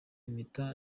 impeta